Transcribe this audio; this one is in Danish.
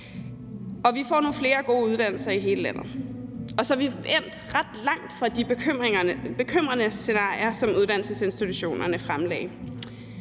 vi får nogle flere gode uddannelser i hele landet. Og så er vi endt ret langt fra de bekymrende scenarier, som uddannelsesinstitutionerne fremlagde.